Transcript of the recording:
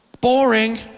Boring